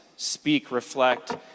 speak-reflect